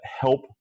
help